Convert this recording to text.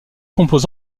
compose